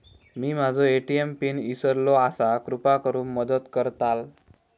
मी माझो ATM pin इसरलो आसा कृपा करुन मदत करताल